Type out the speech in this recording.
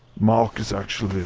mark is actually.